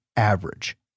average